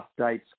updates